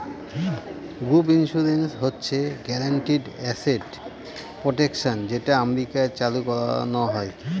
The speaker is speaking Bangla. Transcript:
গ্যাপ ইন্সুরেন্স হচ্ছে গ্যারান্টিড এসেট প্রটেকশন যেটা আমেরিকায় চালু করানো হয়